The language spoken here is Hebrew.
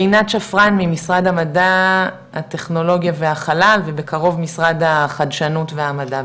רינת שפרן ממשרד המדע הטכנולוגיה והחלל ובקרוב משרד החדשנות והמדע,